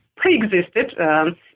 pre-existed